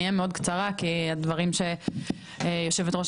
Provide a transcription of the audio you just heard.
אני אהיה מאוד קצרה כי הדברים שיושבת ראש